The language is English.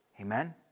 Amen